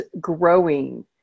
growing